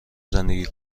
زندگی